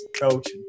coach